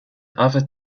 other